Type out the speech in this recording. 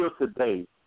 today